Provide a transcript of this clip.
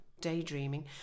Daydreaming